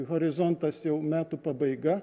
horizontas jau metų pabaiga